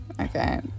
Okay